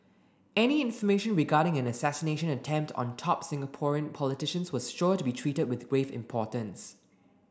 any information regarding an assassination attempt on top Singapore politicians was sure to be treated with grave importance